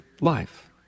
life